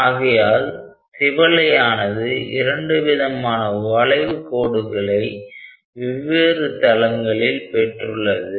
ஆகையால் திவலையானது இரண்டு விதமான வளைவு கோடுகளை வெவ்வேறு தளங்களில் பெற்றுள்ளது